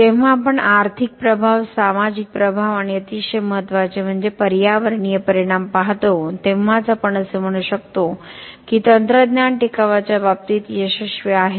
जेव्हा आपण आर्थिक प्रभाव सामाजिक प्रभाव आणि अतिशय महत्त्वाचे म्हणजे पर्यावरणीय परिणाम पाहतो तेव्हाच आपण असे म्हणू शकतो की तंत्रज्ञान टिकावाच्या बाबतीत यशस्वी आहे